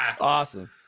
Awesome